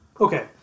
Okay